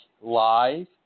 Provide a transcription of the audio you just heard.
live